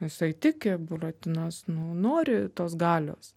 jisai tiki buratinas nu nori tos galios